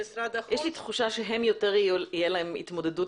יש לי תחושה שלהם תהיה יותר התמודדות